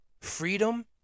Freedom